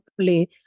play